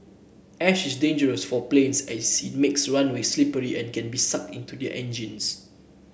ash is dangerous for planes as it makes runways slippery and can be sucked into their engines